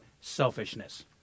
selfishness